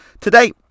today